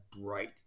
bright